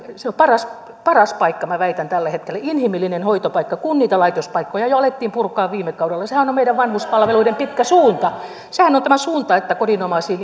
se on paras paikka minä väitän tällä hetkellä inhimillinen hoitopaikka kun niitä laitospaikkoja jo alettiin purkaa viime kaudella sehän on on meidän vanhuspalveluiden pitkä suunta sehän on ollut tämä suunta kodinomaiset